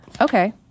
Okay